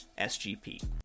SGP